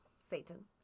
Satan